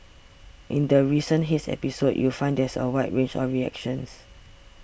in the recent haze episode you find there's a wide range of reactions